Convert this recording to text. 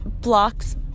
blocks